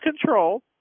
control